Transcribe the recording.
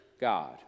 God